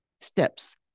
steps